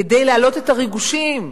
כדי להעלות את הריגושים,